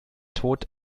tot